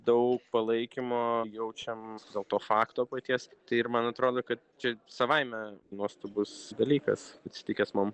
daug palaikymo jaučiam dėl to fakto paties tai ir man atrodo kad čia savaime nuostabus dalykas atsitikęs mum